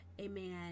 Amen